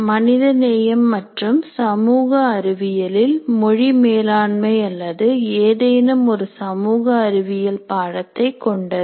மனிதநேயம் மற்றும் சமூக அறிவியலில் மொழி மேலாண்மை அல்லது ஏதேனும் ஒரு சமூக அறிவியல் பாடத்தை கொண்டது